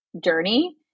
journey